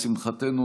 לשמחתנו,